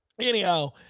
anyhow